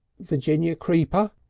virginia creeper?